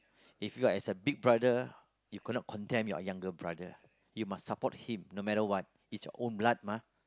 if you're as a big brother you cannot condemn your younger brother you must support him no matter what it's your own blood mah